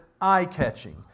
eye-catching